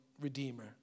Redeemer